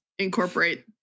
incorporate